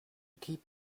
keep